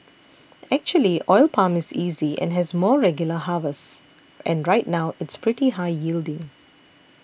actually oil palm is easy and has more regular harvests and right now it's pretty high yielding